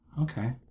Okay